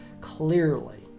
clearly